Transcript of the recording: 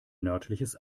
nördliches